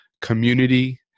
community